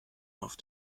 auf